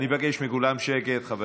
אני מבקש מכולם שקט, חברים.